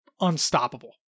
unstoppable